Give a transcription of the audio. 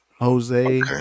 Jose